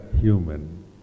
human